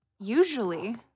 Usually